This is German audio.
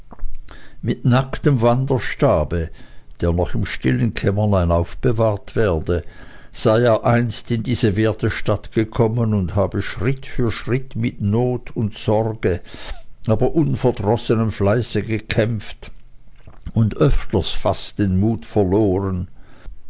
mit nacktem wanderstabe der noch im stillen kämmerlein aufbewahrt werde sei er einst in diese werte stadt gekommen und habe schritt für schritt mit not und sorge aber unverdrossenem fleiße gekämpft und öfters fast den mut verloren